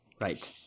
Right